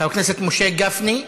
חבר הכנסת משה גפני,